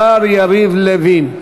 השר יריב לוין.